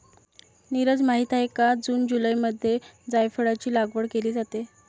नीरज माहित आहे का जून जुलैमध्ये जायफळाची लागवड केली जाते